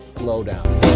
Lowdown